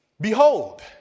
Behold